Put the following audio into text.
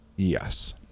Yes